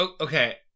Okay